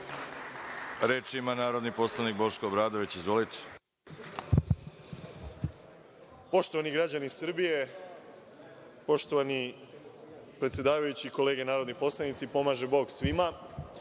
ima narodni poslanik Boško Obradović. Izvolite. **Boško Obradović** Poštovani građani Srbije, poštovani predsedavajući, kolege narodni poslanici, pomaže Bog svima.